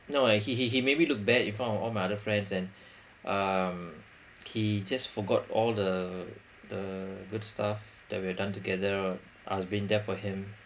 no he he he made me look bad in front of all my other friends and um he just forgot all the the good stuff that we've done together I've been there for him